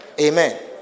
Amen